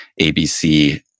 ABC